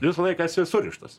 visą laiką esi surištas